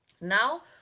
Now